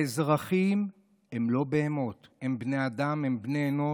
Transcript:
האזרחים הם לא בהמות, הם בני אדם, הם בני אנוש.